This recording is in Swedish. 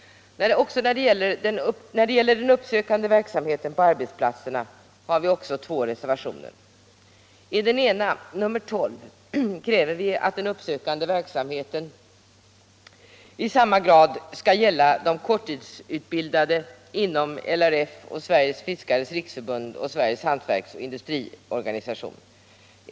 När det gäller den uppsökande verksamheten på arbetsplatserna har vi också två reservationer. I den ena, nr 12, kräver vi att den uppsökande verksamheten i samma grad skall gälla de korttidsutbildade inom LRF, Sveriges fiskares riksförbund och Sveriges hantverksoch industriorganisation.